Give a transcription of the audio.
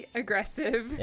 aggressive